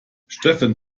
steffen